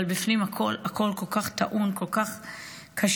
אבל בפנים הכול כל כך טעון, כל כך קשה,